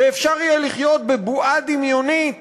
ואפשר יהיה לחיות בבועה דמיונית